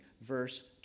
verse